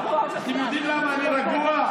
אתם יודעים למה אני רגוע?